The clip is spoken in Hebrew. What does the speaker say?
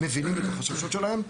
אנחנו מבינים את החששות שלהם.